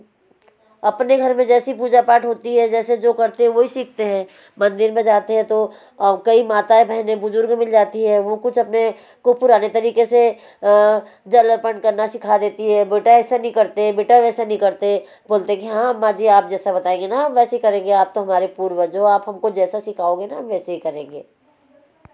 अपने घर में जैसी पूजा पाठ होती है जैसे जो करते हैं वही सीखते हैं मंदिर में जाते हैं तो कई माताएँ बहनें बुज़ुर्ग मिल जाती हैं वे कुछ अपने को पुराने तरीके से जल अर्पण करना सिखा देती हैं बेटा ऐसा नहीं करते बेटा वैसा नहीं करते बोलते कि हाँ अम्मा जी आप जैसा बताएँगे ना हम वैसे ही करेंगे आप तो हमारे पूर्वज हो आप हमको जैसा सीखाओगे ना हम वैसा ही करेंगे